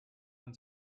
man